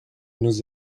nous